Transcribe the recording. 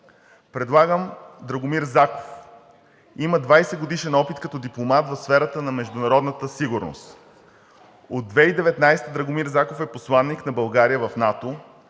Предлагам Драгомир Заков. Има 20-годишен опит като дипломат в сферата на международната сигурност. От 2019 г. Драгомир Заков е посланик на България в НАТО.